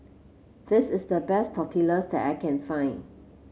this is the best Tortillas that I can find